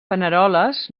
paneroles